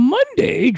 Monday